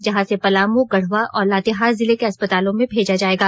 जहां से पलामू गढ़वा और लातेहार जिले के अस्पतालों में भेजा जायेगा